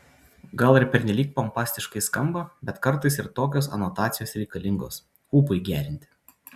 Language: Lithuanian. gal ir pernelyg pompastiškai skamba bet kartais ir tokios anotacijos reikalingos ūpui gerinti